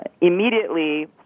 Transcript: immediately